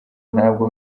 ntabwo